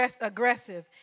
aggressive